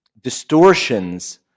distortions